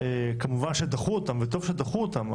וכמובן שדחו אותם וטוב דחו אותם,